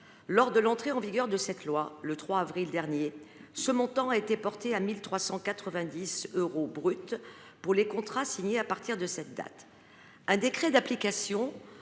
Lors de l’entrée en vigueur de cette disposition, le 3 avril dernier, ce montant a été porté à 1 390 euros brut pour les contrats signés à partir de cette date. Un décret d’application